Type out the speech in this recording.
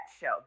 show